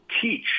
teach